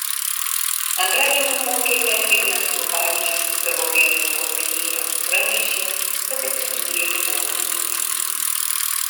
antradienio popietę ignas krupavičius savo feisbuko sekėjams pranešė kad atsidūrė ligoninėje